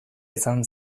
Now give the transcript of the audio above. izan